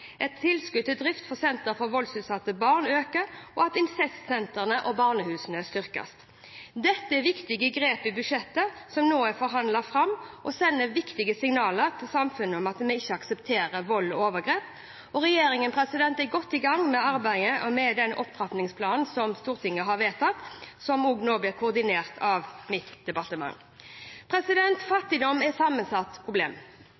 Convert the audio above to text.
til drift av senter for voldsutsatte barn øker, og at incestsentrene og barnehusene styrkes. Dette er viktige grep i budsjettet som nå er forhandlet fram, og sender viktige signaler til samfunnet om at vi ikke aksepterer vold og overgrep, og regjeringen er godt i gang med arbeidet med den opptrappingsplanen som Stortinget har vedtatt, og som nå blir koordinert av mitt departement. Fattigdom er et sammensatt problem.